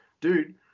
Dude